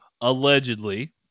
allegedly